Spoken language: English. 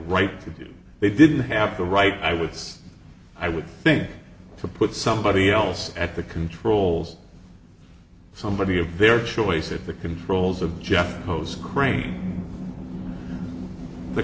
do they didn't have the right i was i would think to put somebody else at the controls somebody of their choice at the controls of jet hose crane the